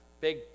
big